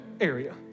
area